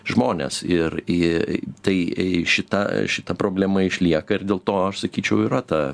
žmones ir į tai šita šita problema išlieka ir dėl to aš sakyčiau yra ta